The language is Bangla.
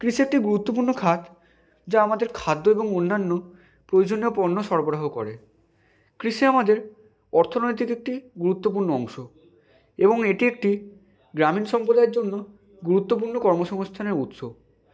কৃষি একটি গুরুত্বপূর্ণ খাত যা আমাদের খাদ্য এবং অন্যান্য প্রয়োজনীয় পণ্য সরবরাহ করে কৃষি আমাদের অর্থনৈতিক একটি গুরুত্বপূর্ণ অংশ এবং এটি একটি গ্রামীণ সম্প্রদায়ের জন্য গুরুত্বপূর্ণ কর্ম সংস্থানের উৎস